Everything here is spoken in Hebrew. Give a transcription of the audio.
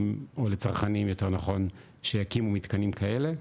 או לצרכנים יותר נכון שהקימו מתקנים כאלה,